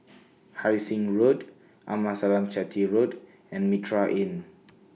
Hai Sing Road Amasalam Chetty Road and Mitraa Inn